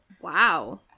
Wow